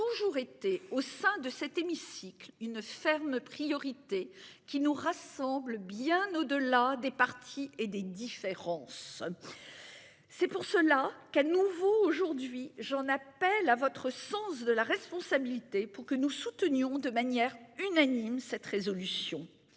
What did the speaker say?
a toujours été au sein de cet hémicycle il ne ferme priorité qui nous rassemble bien au-delà des partis et des différences. C'est pour cela qu'à nouveau aujourd'hui. J'en appelle à votre sens de la responsabilité pour que nous soutenions de manière unanime cette résolution.